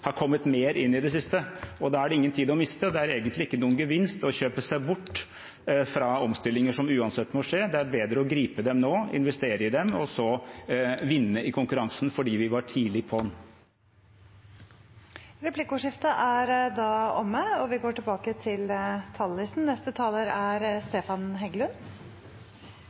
har kommet mer inn i det siste. Da er det ingen tid å miste. Det er egentlig ingen gevinst i å kjøpe seg bort fra omstillinger som uansett må skje. Det er bedre å gripe dem nå, investere i dem og så vinne i konkurransen fordi vi var tidlig ute. Replikkordskiftet er omme. For tre år siden behandlet vi